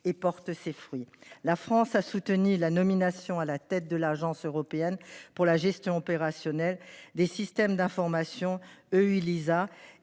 et porte ses fruits. La France a soutenu la nomination à la tête de l'Agence européenne pour la gestion opérationnelle des systèmes d'information EI